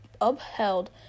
upheld